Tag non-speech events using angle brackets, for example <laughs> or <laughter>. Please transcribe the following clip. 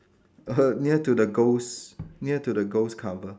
<laughs> near to the ghost near to the ghost cover